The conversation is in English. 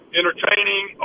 entertaining